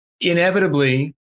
Inevitably